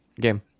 game